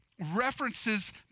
references